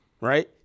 right